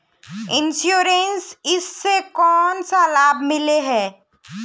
Insurance इस से कोन सा लाभ मिले है?